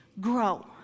grow